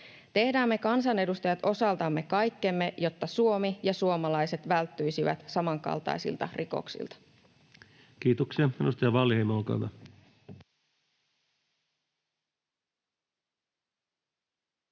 Tehdään me kansanedustajat osaltamme kaikkemme, jotta Suomi ja suomalaiset välttyisivät samankaltaisilta rikoksilta. Kiitoksia.